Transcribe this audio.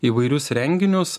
įvairius renginius